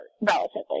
relatively